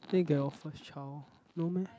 then you get your first child no meh